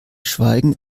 schweigen